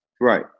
Right